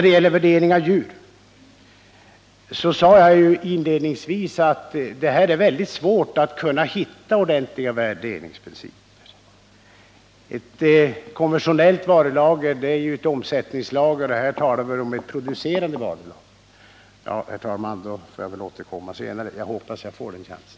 I fråga om värdering av djur sade jag inledningsvis att det är svårt att hitta ordentliga värderingsprinciper. Ett konventionellt varulager är ju ett omsättningslager, och här talar vi om ett producerande varulager. Jag hoppas, herr talman, att jag får tillfälle att återkomma till detta senare.